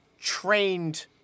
trained